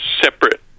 separate